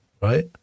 right